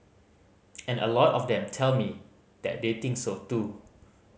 and a lot of them tell me that they think so too